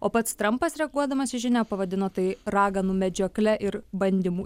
o pats trampas reaguodamas į žinią pavadino tai raganų medžiokle ir bandymu